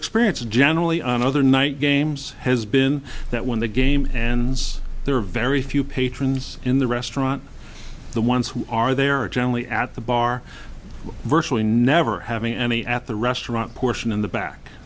experience generally on other night games has been that when the game and there are very few patrons in the restaurant the ones who are there are generally at the bar virtually never having any at the restaurant portion in the back